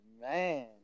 man